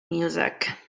music